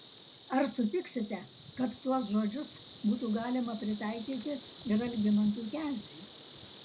ar sutiksite kad tuos žodžius būtų galima pritaikyti ir algimantui keziui